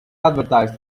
advertised